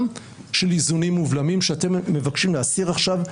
של איזונים ובלמים שאתם מבקשים להסיר עכשיו.